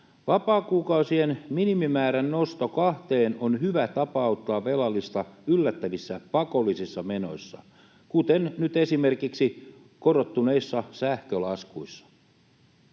Vapaakuukausien minimimäärän nosto kahteen on hyvä tapa auttaa velallista yllättävissä pakollisissa menoissa, kuten nyt esimerkiksi korottuneissa sähkölaskuissa.